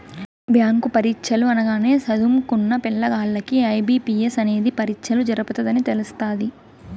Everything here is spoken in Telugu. బ్యాంకు పరీచ్చలు అనగానే సదుంకున్న పిల్లగాల్లకి ఐ.బి.పి.ఎస్ అనేది పరీచ్చలు జరపతదని తెలస్తాది